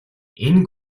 энэ